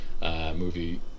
movie